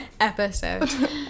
Episode